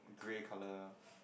grey colour